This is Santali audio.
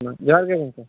ᱡᱚᱦᱟᱨᱜᱮ ᱜᱚᱢᱠᱮ